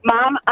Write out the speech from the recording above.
Mom